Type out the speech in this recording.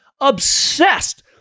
obsessed